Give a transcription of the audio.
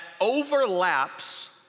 overlaps